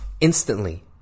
instantly